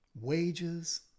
wages